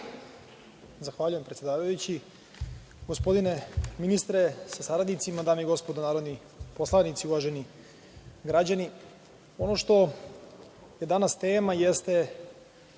Zahvaljujem predsedavajući. Gospodine ministre sa saradnicima, dame i gospodo narodni poslanici, uvaženi građani, ovo što je danas tema jeste